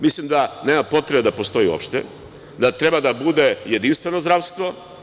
Mislim da nema potrebe da postoji uopšte, da treba da bude jedinstveno zdravstvo.